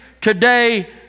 today